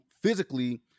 Physically